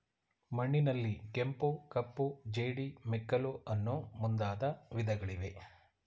ಮಣ್ಣಿನಲ್ಲಿ ಕೆಂಪು, ಕಪ್ಪು, ಜೇಡಿ, ಮೆಕ್ಕಲು ಅನ್ನೂ ಮುಂದಾದ ವಿಧಗಳಿವೆ